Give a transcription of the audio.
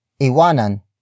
Iwanan